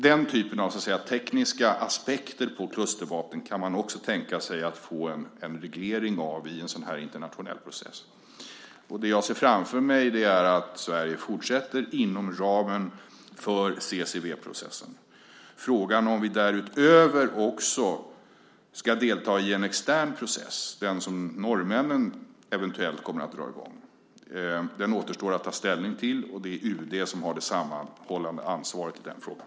Den typen av tekniska aspekter på klustervapen kan man också tänka sig att få en reglering av i en sådan här internationell process. Det jag ser framför mig är att Sverige fortsätter inom ramen för CCW-processen. Frågan om vi därutöver också ska delta i en extern process, den som norrmännen eventuellt kommer att dra i gång, återstår att ta ställning till, och det är UD som har det sammanhållande ansvaret i den frågan.